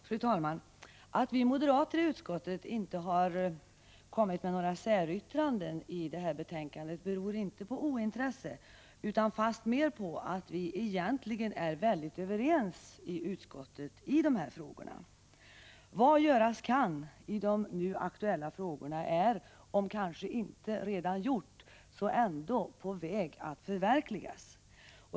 Fru talman! Att vi moderater i utskottet inte har kommit med några säryrkanden i detta betänkande beror inte på ointresse utan fastmer på att vi i utskottet egentligen är väldigt överens i de här frågorna. Vad göras kan i de nu aktuella frågorna är om inte redan gjort så ändå på väg att förverkligas.